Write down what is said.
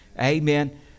amen